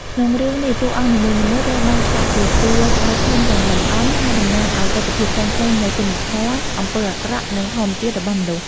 ក្នុងរឿងនេះតួអង្គនីមួយៗត្រូវបានឆ្លាក់ជាតួស្បែកធំយ៉ាងល្អិតល្អន់ ហើយតំណាងឱ្យទិដ្ឋភាពផ្សេងៗនៃគុណធម៌ អំពើអាក្រក់ និងធម្មជាតិរបស់មនុស្ស ។